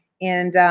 and